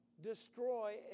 destroy